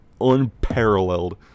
unparalleled